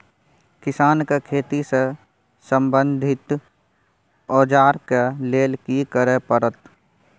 किसान के खेती से संबंधित औजार के लेल की करय परत?